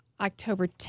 October